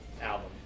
album